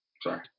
Sorry